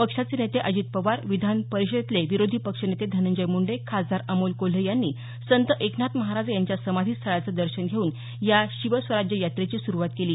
पक्षाचे नेते अजित पवार विधान परिषदेतले विरोधी पक्षनेते धनंजय मुंडे खासदार अमोल कोल्हे यांनी संत एकनाथ महाराज यांच्या समाधी स्थळाचं दर्शन घेऊन या शिवस्वराज्य यात्रेची सुरुवात केली